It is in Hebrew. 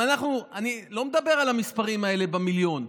אני לא מדבר על המספרים האלה במיליון,